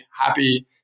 happy